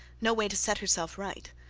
no way to set herself right.